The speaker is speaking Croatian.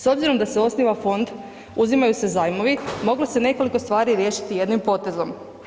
S obzirom da se osniva fond, uzimaju se zajmovi moglo se nekoliko stvari riješiti jednim potezom.